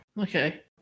Okay